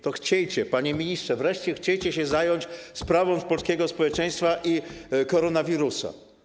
To chciejcie, panie ministrze, wreszcie chciejcie zająć się sprawą polskiego społeczeństwa i koronawirusa.